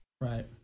Right